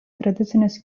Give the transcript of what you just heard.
tradicinės